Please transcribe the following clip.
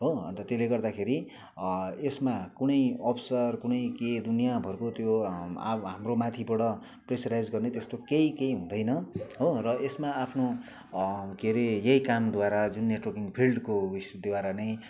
हो अन्त त्यसले गर्दाखेरि यसमा कुनै अफिसर कुनै के दुनियाँभरको त्यो आम हाम्रो माथिबाट प्रेसराइज गर्ने त्यस्तो केही केही हुँदैन हो र यसमा आफ्नो के अरे यही कामद्वारा जुन नेटवर्किङ फिल्डको उयेसद्वारा नै